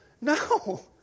no